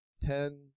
ten